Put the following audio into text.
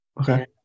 Okay